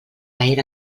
era